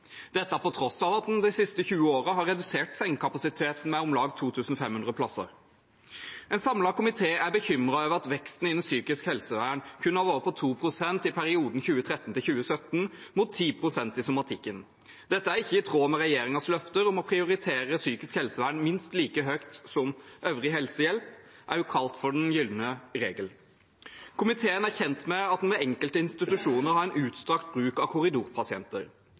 dette på tross av at en de siste 20 årene har redusert sengekapasiteten med om lag 2 500 plasser. En samlet komité er bekymret over at veksten innen psykisk helsevern kun har vært på 2 pst. i perioden 2013–2017, mot 10 pst. i somatikken. Dette er ikke i tråd med regjeringens løfter om å prioritere psykisk helsevern – også kalt den gylne regel – minst like høyt som øvrig helsehjelp. Komiteen er kjent med at en ved enkelte institusjoner har utstrakt bruk av korridorpasienter.